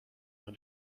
when